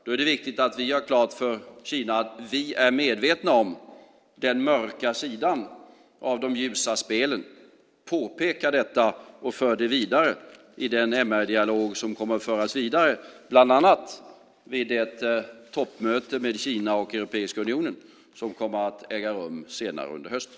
Då är det viktigt att vi gör klart för Kina att vi är medvetna om den mörka sidan av de ljusa spelen. Vi ska påpeka detta och föra det vidare i den MR-dialog som ska föras vid bland annat det toppmöte mellan Kina och Europeiska unionen som kommer att äga rum senare under hösten.